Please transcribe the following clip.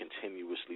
continuously